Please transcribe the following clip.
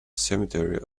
cemetery